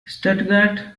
stuttgart